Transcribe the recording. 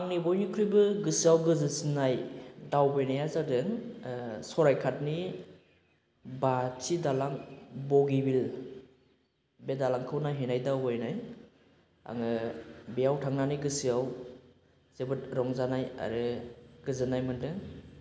आंनि बयनिख्रुइबो गोसोआव गोजोनहोसिन्नाय दावबायनाया जादों सरायघाटनि बाथि दालां बगिबिल बे दालांखौ नायहैनाय दावबायनाय आङो बेयाव थांनानै गोसोआव जोबोद रंजानाय आरो गोजोन्नाय मोनदों